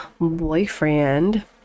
boyfriend